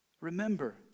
Remember